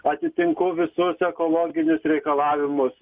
atitinku visus ekologinius reikalavimus